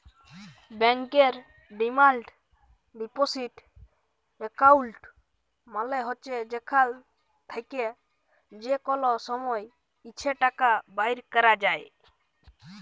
ব্যাংকের demand deposit account মালে হছে যেখাল থ্যাকে যে কল সময় ইছে টাকা বাইর ক্যরা যায়